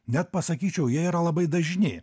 net pasakyčiau jie yra labai dažni